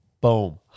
boom